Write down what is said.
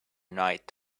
night